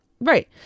right